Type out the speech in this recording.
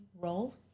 roles